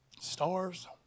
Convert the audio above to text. stars